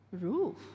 roof